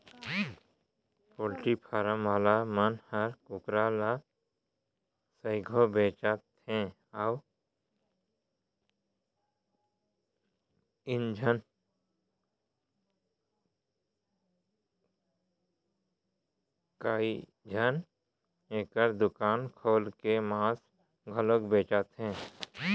poultry farm वाला मन ह कुकरा ल सइघो बेचथें अउ कइझन एकर दुकान खोल के मांस घलौ बेचथें